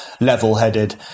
level-headed